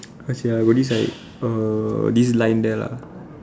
how to say ah got this like err this line there lah